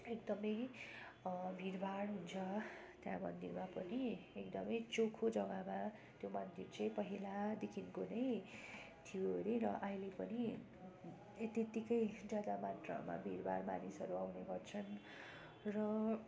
एकदम भिड भाड हुन्छ त्यहाँ मन्दिरमा पनि एकदम चोखो जगामा त्यो मन्दिर चाहिँ पहिलादेखिको नै थियो हरे र अहिले पनि ए त्यतिकै ज्यादा मात्रमा भिड भाड मानिसहरू आउने गर्छन् र